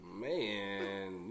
Man